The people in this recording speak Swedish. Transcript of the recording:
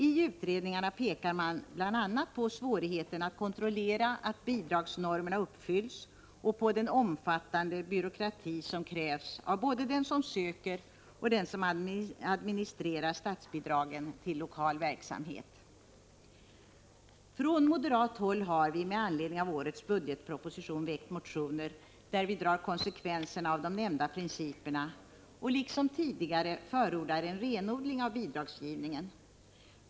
I utredningarna pekar man bl.a. på svårigheten att kontrollera att bidragsnormerna uppfylls och på den omfattande byråkrati som krävs av både dem som söker och dem som administrerar statsbidragen till lokal verksamhet. Från moderat håll har vi med anledning av årets budgetproposition väckt motioner där vi drar konsekvenserna av de nämnda principerna och liksom tidigare förordar en renodling av bidragsgivningen.